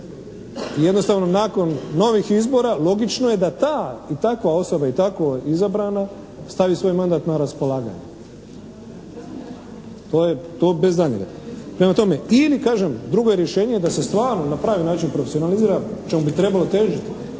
i jednostavno nakon novih izbora logično je da ta i takva osoba i tako izabrana stavi svoj mandat na raspolaganje. To bez daljnjega. Prema tome, ili kažem, drugo je rješenje da se stvarno na pravi način profesionalizira čemu bi trebalo težiti.